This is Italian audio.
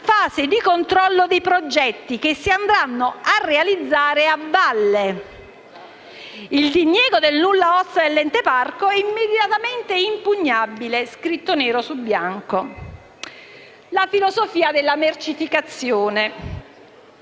fase di controllo dei progetti, che si andranno a realizzare a valle. Il diniego del nulla osta dell'Ente parco è immediatamente impugnabile: è scritto nero su bianco. La filosofia della mercificazione